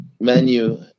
menu